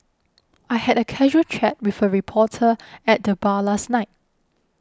I had a casual chat with a reporter at the bar last night